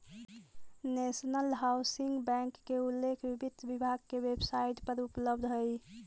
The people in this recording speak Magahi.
नेशनल हाउसिंग बैंक के उल्लेख भी वित्त विभाग के वेबसाइट पर उपलब्ध हइ